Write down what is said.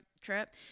trip